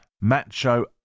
Macho